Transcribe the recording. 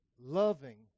Loving